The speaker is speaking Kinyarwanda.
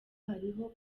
hariho